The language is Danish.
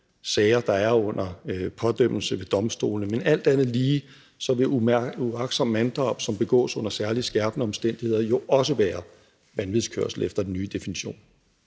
sager, der er under pådømmelse ved domstolene. Men alt andet lige vil uagtsomt manddrab, som begås under særlig skærpende omstændigheder, jo også være vanvidskørsel efter den nye definition.